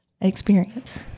experience